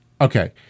Okay